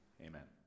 Amen